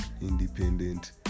independent